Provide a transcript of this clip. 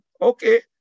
Okay